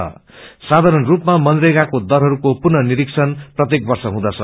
य्साधारण स्रपमा मनरेगाको दरहस्को पुनः निरक्षण प्रत्येक वर्ष हुदँछ